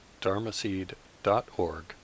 dharmaseed.org